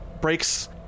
breaks